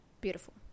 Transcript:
beautiful